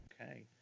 Okay